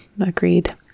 agreed